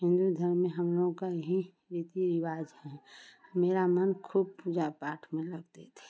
हमारे घर में हमलोग को गीत जैसे रीति रिवाज़ है मेरा मन खूब पूजा पाठ में रहते थे